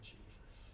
Jesus